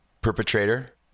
Perpetrator